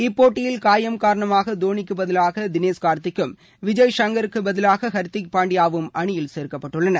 இப்போட்டியில் காயம் காரணமாக தோளிக்கு பதிலாக தினேஷ் கார்த்திக்கும் விஜய் ஷங்கருக்கு பதிலாக ஹர்தீக் பாண்டியவாம் அணியில் சேர்க்கப்பட்டுள்ளனர்